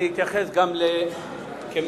אני אתייחס גם כמחוקק,